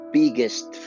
biggest